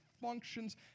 Functions